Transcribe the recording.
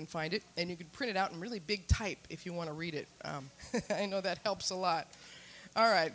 can find it and you can print it out in really big type if you want to read it you know that helps a lot all right